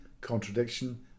contradiction